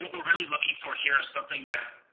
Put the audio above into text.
really looking for here is something that